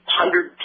hundred